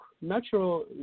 Natural